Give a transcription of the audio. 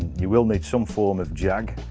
you will need some form of jag